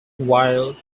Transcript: while